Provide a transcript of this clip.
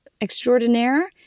extraordinaire